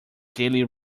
daily